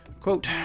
Quote